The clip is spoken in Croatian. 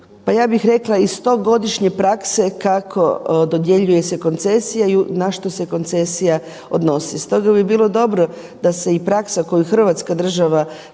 pa ja bih rekla i stogodišnje prakse kako dodjeljuje se koncesija i na što se koncesija odnosi. Stoga bi bilo dobro da se i praksa koju i Hrvatska država